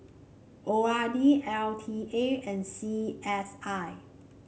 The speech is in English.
O R D L T A and C S I